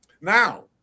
Now